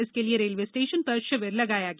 इसके लिए railway station पर शिविर लगाया गया